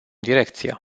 direcția